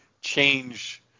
change